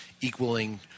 equaling